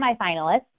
semifinalists